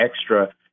extra